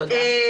תודה.